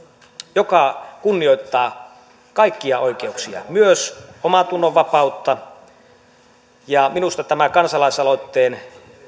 joka kunnioittaa kaikkia oikeuksia myös omantunnonvapautta minusta tämän kansalaisaloitteen